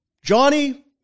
Johnny